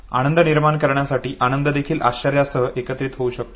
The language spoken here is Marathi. आनंद निर्माण करण्यासाठी आनंद देखील आश्चर्यसह एकत्रित होऊ शकतो